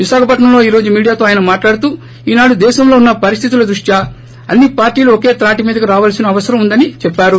విశాఖపట్నంలో ఈ రోజు మీడియాతో అయన మాట్లాడుతూ ఈనాడు దేశంలో ఉన్న పరిస్థితుల దృష్టాని అన్ని పార్టీలు ఒకే త్రాటి మీదకు రావాల్సిన అవసరం ఉందని చెప్పారు